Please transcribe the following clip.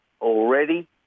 already